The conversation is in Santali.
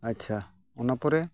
ᱟᱪᱪᱷᱟ ᱚᱱᱟ ᱯᱚᱨᱮ